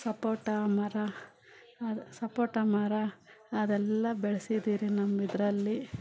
ಸಪೋಟ ಮರ ಅದು ಸಪೋಟ ಮರ ಅದೆಲ್ಲ ಬೆಳೆಸಿದ್ದೀವ್ರಿ ನಮ್ಮಿದರಲ್ಲಿ